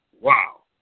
Wow